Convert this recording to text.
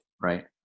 Right